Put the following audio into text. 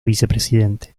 vicepresidente